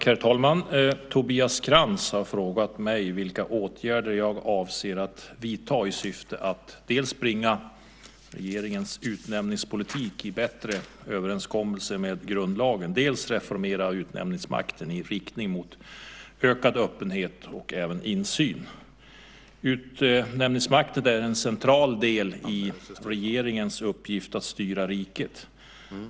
Herr talman! Tobias Krantz har frågat mig vilka åtgärder jag avser att vidta i syfte att dels bringa regeringens utnämningspolitik i bättre överensstämmelse med grundlagen, dels reformera utnämningsmakten i riktning mot ökad öppenhet och insyn. Utnämningsmakten är en central del i regeringens uppgift att styra riket.